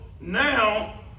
now